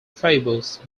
fables